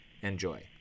Enjoy